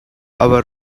our